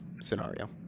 scenario